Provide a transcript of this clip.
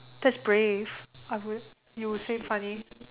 that's brave I would you would say funny